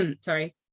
sorry